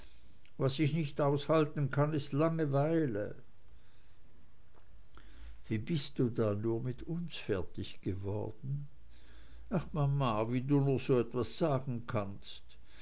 was ich nicht aushalten kann ist langeweile wie bist du da nur mit uns fertig geworden ach mama wie du nur so was sagen kannst